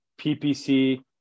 PPC